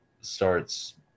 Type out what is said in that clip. starts